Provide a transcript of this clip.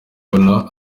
abona